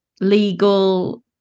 legal